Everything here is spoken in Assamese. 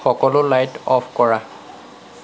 সকলো লাইট অফ কৰা